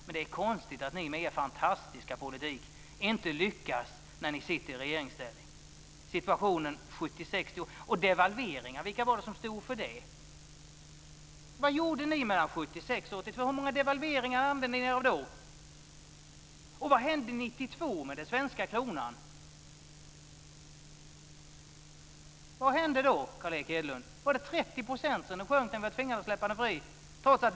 Men det är konstigt att ni med er fantastiska politik inte lyckas när ni sitter i regeringsställning. Devalveringar, vilka var det som stod för det? Vad gjorde ni mellan 1976 och 1982? Hur många devalveringar använde ni er av då? Och vad hände 1992 med den svenska kronan? Vad hände då, Carl Erik Hedlund? Var det 30 % den sjönk när vi var tvingade att släppa den fri?